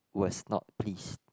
was not pleased